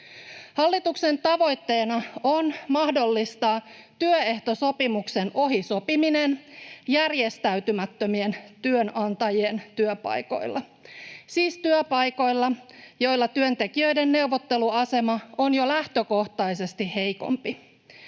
Hallituksen tavoitteena on mahdollistaa työehtosopimuksen ohi sopiminen järjestäytymättömien työnantajien työpaikoilla, siis työpaikoilla, joilla työntekijöiden neuvotteluasema on jo lähtökohtaisesti heikompi.